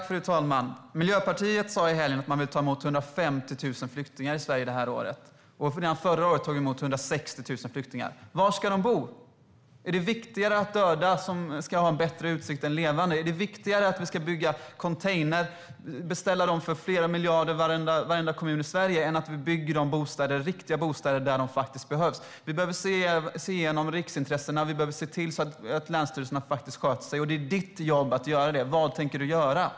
Fru talman! Miljöpartiet sa i helgen att man vill ta emot 150 000 flyktingar i Sverige det här året. Förra året tog Sverige emot 160 000 flyktingar. Var ska de bo? Är det viktigare att döda ska ha en bättre utsikt än levande? Är det viktigare att beställa containrar för flera miljarder i alla kommuner i Sverige än att bygga riktiga bostäder där de behövs? Vi behöver se över riksintressena, och vi behöver se till att länsstyrelserna sköter sig. Det är statsrådets jobb att göra det. Vad tänker statsrådet göra?